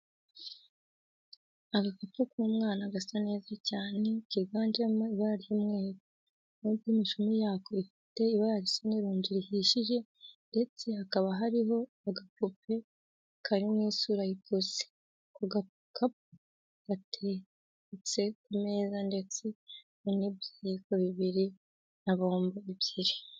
Agakapu k'umwana gasa neza cyane kiganjemo ibara ry'umweru, n'ubwo imishumi yako ifite ibara risa n'irunji rihishije ndetse hakaba hariho agapupe kari mu isura y'ipusi. Ako gakapu gateretse ku meza ndetse hari n'ibiyiko bibiri na bombo ebyiri.